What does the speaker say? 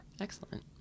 Excellent